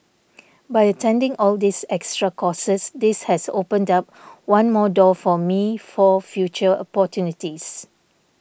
by attending all these extra courses this has opened up one more door for me for future opportunities